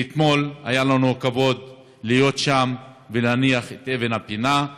ואתמול היה לנו הכבוד להיות שם ולהניח את אבן הפינה.